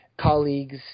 colleagues